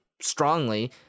strongly